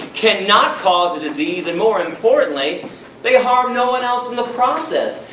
cannot cause a disease and more importantly they harm no and else in the process!